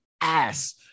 ass